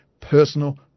personal